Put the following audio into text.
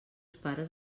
pares